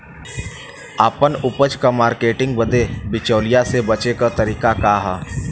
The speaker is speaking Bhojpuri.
आपन उपज क मार्केटिंग बदे बिचौलियों से बचे क तरीका का ह?